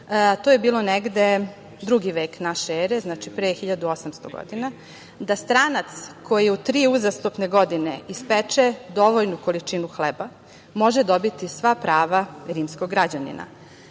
to je bilo negde, 2. vek naše ere, pre 1.800 godina, da stranac koji u tri uzastopne godine ispeče dovoljnu količinu hleba, može dobiti sva prava rimskog građanina. Ja